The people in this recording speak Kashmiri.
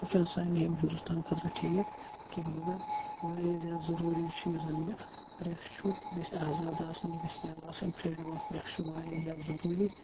یہِ چھُ نہٕ سانہِ ییٚمہِ ہِندُستانہ خٲطرٕ ٹھیٖکھ کینٛہہ مَگَر واریاہ زیاد ضوٚروٗری چھُ یُس زَن یہِ پرٮ۪س چھُ یہِ گَژھِ آزاد آسُن یہِ گَژھِ یَلہٕ آسُن فریڈَ آف پرٮ۪س چھُ واریاہ زیادٕ ضوٚروٗری